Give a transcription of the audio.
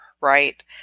right